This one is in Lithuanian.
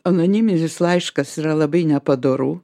anoniminis laiškas yra labai nepadoru